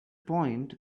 point